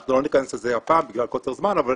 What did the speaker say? אנחנו לא ניכנס לזה הפעם בגלל קוצר זמן, אבל